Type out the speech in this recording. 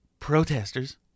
protesters